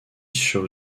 sur